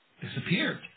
disappeared